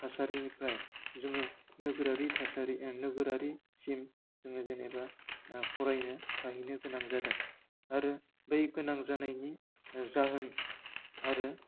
थासारिनिफ्राय जोङो नोगोरारि थासारि एन नोगोरारिसिम जोङो जेनेबा आह फरायनो थाहैनो गोनां जादों आरो बै गोनां जानायनि जाहोन आरो